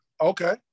Okay